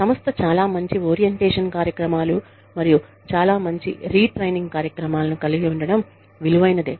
సంస్థ చాలా మంచి ఒరిఎంటేషన్ కార్యక్రమాలు మరియు చాలా మంచి రీ ట్రైనింగ్ కార్యక్రమాలను కలిగి ఉండటం విలువైనదే